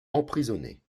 emprisonner